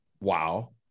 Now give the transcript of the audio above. wow